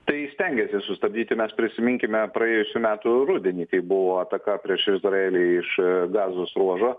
tai stengiasi sustabdyti mes prisiminkime praėjusių metų rudenį kai buvo ataka prieš izraelį iš gazos ruožo